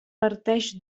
parteix